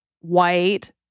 white